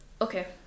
okay